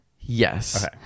Yes